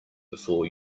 before